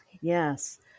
Yes